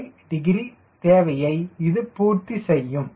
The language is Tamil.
5 டிகிரி தேவையை இது பூர்த்தி செய்யும்